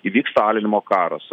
įvyks alinimo karas